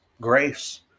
grace